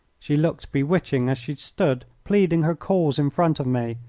she looked bewitching as she stood pleading her cause in front of me.